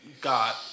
got